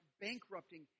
bankrupting